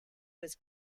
was